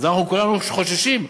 אנחנו כולנו חוששים,